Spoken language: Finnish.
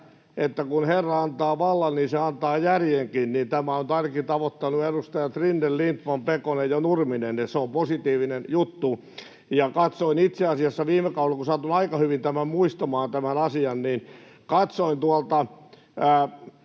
että ”kun herra antaa vallan, niin se antaa järjenkin”, ja tämä on ainakin tavoittanut edustajat Rinne, Lindtman, Pekonen ja Nurminen, ja se on positiivinen juttu. Katsoin itse asiassa viime kaudella — kun satun aika hyvin tämän asian muistamaan